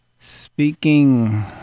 speaking